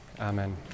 amen